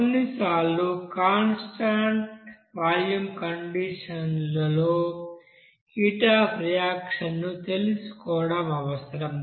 కొన్నిసార్లు constant volume condition లో heat of reaction ను తెలుసుకోవడం అవసరం